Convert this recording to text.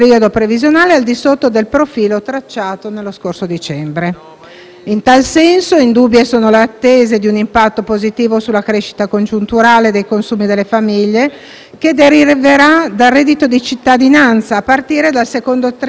profilo tracciato nello scorso dicembre. In tal senso, indubbie sono le attese di un impatto positivo sulla crescita congiunturale dei consumi delle famiglie che deriverà dal reddito di cittadinanza a partire dal secondo trimestre di quest'anno,